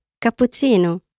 Cappuccino